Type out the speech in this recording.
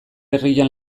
herrian